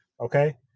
okay